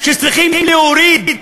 שצריכים "להוריד",